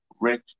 Rich